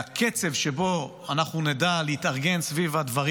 והקצב שבו אנחנו נדע להתארגן סביב הדברים